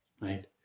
right